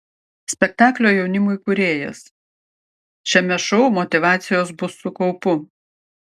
spektaklio jaunimui kūrėjas šiame šou motyvacijos bus su kaupu